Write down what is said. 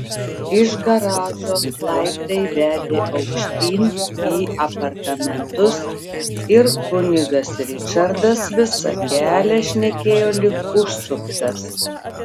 iš garažo laiptai vedė aukštyn į apartamentus ir kunigas ričardas visą kelią šnekėjo lyg užsuktas